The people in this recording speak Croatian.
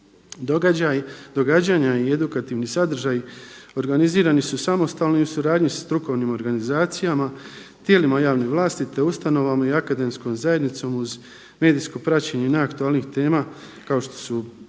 Događanja i edukativni sadržaji organizirani su samostalno i u suradnji sa strukovnim organizacijama, tijelima javne vlasti te ustanovama i akademskom zajednicom uz medijsko praćenje najaktualnijih tema kao što su primjerice